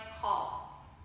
call